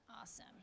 Awesome